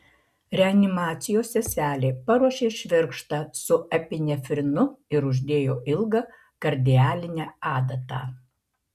reanimacijos seselė paruošė švirkštą su epinefrinu ir uždėjo ilgą kardialinę adatą